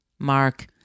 Mark